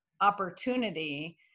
opportunity